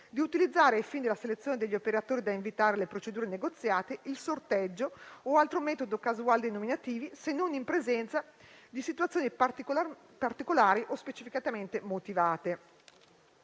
di utilizzare, ai fini della selezione degli operatori da invitare alle procedure negoziate, il sorteggio o altro metodo casuale dei nominativi, se non in presenza di situazioni particolari o specificatamente motivate.